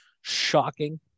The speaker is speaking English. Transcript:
shocking